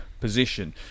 position